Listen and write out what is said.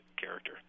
character